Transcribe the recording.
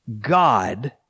God